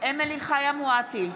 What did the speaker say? אמילי חיה מואטי,